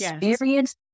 experience